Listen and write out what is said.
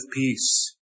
peace